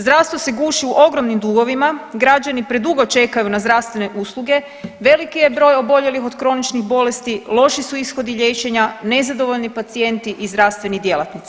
Zdravstvo se guši u ogromnim dugovima, građani predugo čekaju na zdravstvene usluge, veliki je broj oboljelih od kroničnih bolesti, loši su ishodi liječenja, nezadovoljni pacijenti i zdravstveni djelatnici.